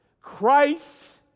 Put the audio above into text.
Christ